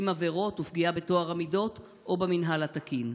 עבירות ופגיעה בטוהר המידות או במינהל התקין.